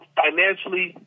financially